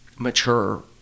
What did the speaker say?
Mature